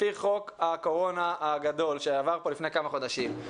לפי חוק הקורונה הגדול שעבר כאן לפני כמה חודשים,